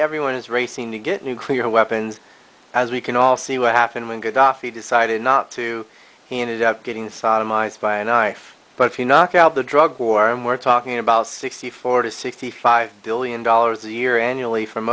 everyone is racing to get nuclear weapons as we can all see what happened when gadhafi decided not to he ended up getting sodomized by a knife but if you knock out the drug war and we're talking about sixty four to sixty five billion dollars a year annually from